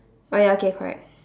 oh ya okay correct